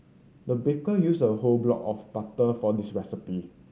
the baker used a whole block of butter for this recipe